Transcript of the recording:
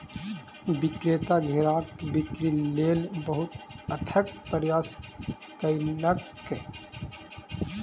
विक्रेता घेराक बिक्री लेल बहुत अथक प्रयास कयलक